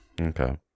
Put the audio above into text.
Okay